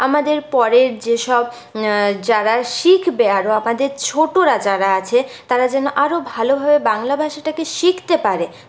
আমাদের পরের যেসব যারা শিখবে আরও আমাদের ছোটোরা যারা আছে তারা যেন আরও ভালোভাবে বাংলা ভাষাটাকে শিখতে পারে